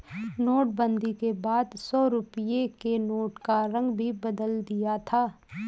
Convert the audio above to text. नोटबंदी के बाद सौ रुपए के नोट का रंग भी बदल दिया था